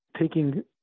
taking